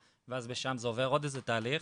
ואז משם זה עובר עוד איזה תהליך.